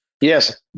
Yes